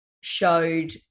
showed